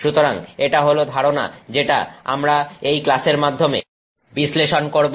সুতরাং এটা হল ধারণা যেটা আমরা এই ক্লাসের মাধ্যমে বিশ্লেষণ করব